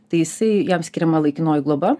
tai jisai jam skiriama laikinoji globa